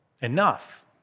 enough